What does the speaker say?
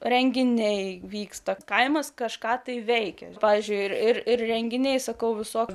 renginiai vyksta kaimas kažką tai veikia pavyzdžiui ir ir renginiai sakau visoks